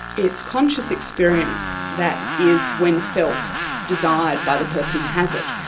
it's conscious experience that is, when felt, desired by the person who has it.